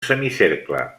semicercle